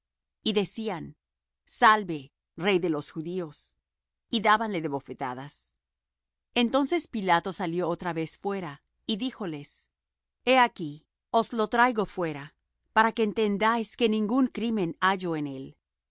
y decían salve rey de los judíos y dábanle de bofetadas entonces pilato salió otra vez fuera y díjoles he aquí os le traigo fuera para que entendáis que ningún crimen hallo en él